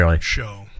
show